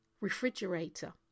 refrigerator